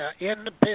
independent